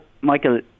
Michael